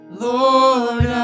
Lord